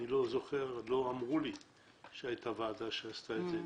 לא אמרו לי שהייתה ועדה שעשתה את זה לפני.